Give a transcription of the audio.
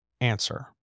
answer